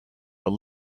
but